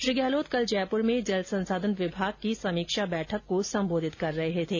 श्री गहलोत कल जयपुर में जल संसाधन विभाग की समीक्षा बैठक को संबोधित कर रहे थे